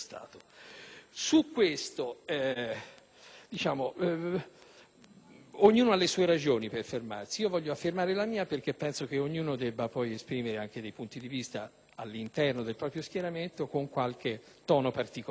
Stato. Ognuno ha le sue ragioni da affermare ed io voglio dire la mia, perché ritengo che ciascuno debba esprimere anche dei punti di vista all'interno del proprio schieramento, con qualche tono particolare.